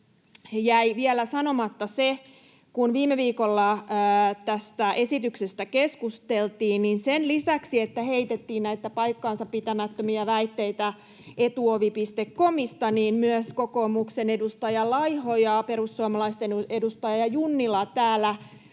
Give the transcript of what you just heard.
jäi vielä sanomatta se, että kun viime viikolla tästä esityksestä keskusteltiin, niin sen lisäksi, että heitettiin paikkansapitämättömiä väitteitä Etuovi.comista, niin kokoomuksen edustaja Laiho ja perussuomalaisten edustaja Junnila täällä